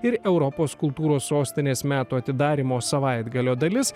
ir europos kultūros sostinės metų atidarymo savaitgalio dalis